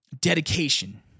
dedication